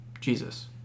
Jesus